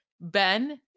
Ben